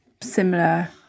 similar